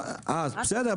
בסדר,